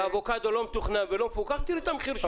האבוקדו לא מתוכנן ולא מפוקח, תראי את המחיר שלו.